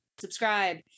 subscribe